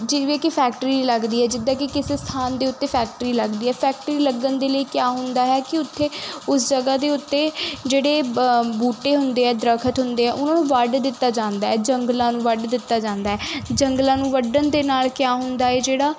ਜਿਵੇਂ ਕਿ ਫੈਕਟਰੀ ਲੱਗਦੀ ਹੈ ਜਿੱਦਾਂ ਕਿ ਕਿਸੇ ਸਥਾਨ ਦੇ ਉੱਤੇ ਫੈਕਟਰੀ ਲੱਗਦੀ ਹੈ ਫੈਕਟਰੀ ਲੱਗਣ ਦੇ ਲਈ ਕਿਆ ਹੁੰਦਾ ਹੈ ਕਿ ਉੱਥੇ ਉਸ ਜਗ੍ਹਾ ਦੇ ਉੱਤੇ ਜਿਹੜੇ ਬ ਬੂਟੇ ਹੁੰਦੇ ਆ ਦਰਖਤ ਹੁੰਦੇ ਆ ਉਹਨਾਂ ਨੂੰ ਵੱਢ ਦਿੱਤਾ ਜਾਂਦਾ ਹੈ ਜੰਗਲਾਂ ਨੂੰ ਵੱਢ ਦਿੱਤਾ ਜਾਂਦਾ ਹੈ ਜੰਗਲਾਂ ਨੂੰ ਵੱਢਣ ਦੇ ਨਾਲ ਕਿਆ ਹੁੰਦਾ ਹੈ ਜਿਹੜਾ